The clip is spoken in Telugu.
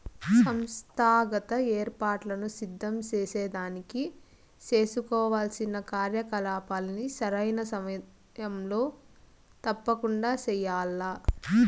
సంస్థాగత ఏర్పాట్లను సిద్ధం సేసేదానికి సేసుకోవాల్సిన కార్యకలాపాల్ని సరైన సమయంలో తప్పకండా చెయ్యాల్ల